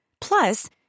Plus